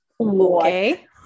okay